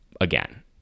again